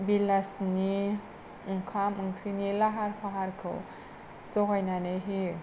बेलासिनि ओंखाम ओंख्रिनि लाहार फाहारखौ जगायनानै होयो